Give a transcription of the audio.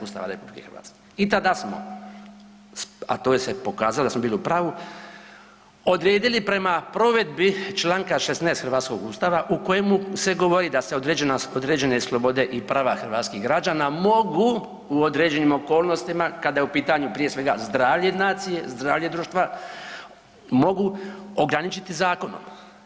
Ustava RH i tada smo, a to je se pokazalo da smo bili u pravu, odredili prema provedbi čl. 16. hrvatskog ustava u kojemu se govori da se određenost, određene slobode i prava hrvatskih građana mogu u određenim okolnostima kada je u pitanju prije svega zdravlje nacije, zdravlje društva, mogu ograničiti zakonom.